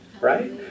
Right